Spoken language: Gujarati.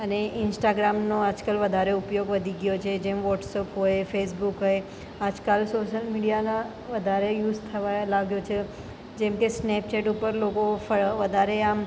અને ઈન્સ્ટાગ્રામનો આજકાલ વધારે ઉપયોગ વધી ગયો છે જેમ વૉટ્સ અપ હોય ફેસબુક હોય આજકાલ સોસીઅલ મીડિયાના વધારે યુઝ થવા લાગ્યો છે જેમકે સ્નેપચેટ ઉપર લોકો વધારે આમ